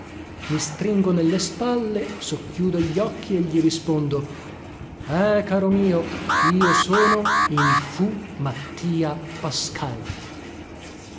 i stringo nelle spalle socchiudo gli occhi e gli rispondo eh caro mio io sono il fu